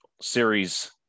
series